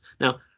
now